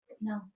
No